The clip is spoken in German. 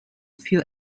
für